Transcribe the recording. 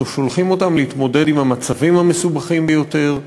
אנחנו שולחים אותם להתמודד עם המצבים המסובכים ביותר,